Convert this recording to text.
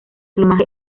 plumaje